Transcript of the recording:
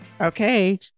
Okay